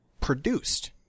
produced